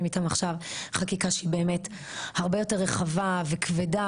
איתם עכשיו חקיקה שהיא באמת הרבה יותר רחבה וכבדה,